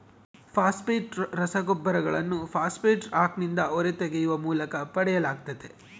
phosphate ರಸಗೊಬ್ಬರಗಳನ್ನು phosphate ರಾಕ್ನಿಂದ ಹೊರತೆಗೆಯುವ ಮೂಲಕ ಪಡೆಯಲಾಗ್ತತೆ